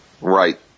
Right